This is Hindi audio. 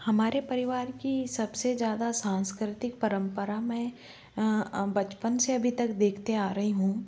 हमारे परिवार की सबसे ज़्यादा सांस्कृतिक परम्परा मैं बचपन से अभी तक देखते आ रही हूँ